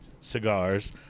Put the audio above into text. cigars—